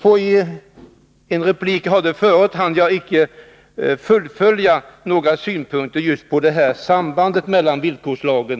Ien tidigare replik hann jag inte fullfölja utvecklandet av några synpunkter på sambandet mellan villkorslagen .